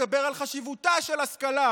מדבר על חשיבותה של השכלה,